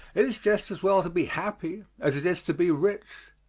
it is just as well to be happy as it is to be rich.